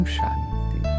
Shanti